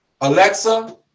Alexa